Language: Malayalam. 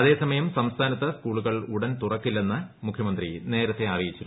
അതേസമയം സംസ്ഥാനത്ത് സ്കൂളുകൾ ഉടൻ തുറക്കൂില്ലെന്ന് മുഖ്യമന്ത്രി നേരത്തെ അറിയിച്ചിരുന്നു